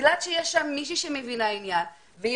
בגלל שיש שם מישהו שמבינה עניין והיא